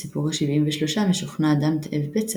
בסיפור השבעים ושלושה משוכנע אדם תאב בצע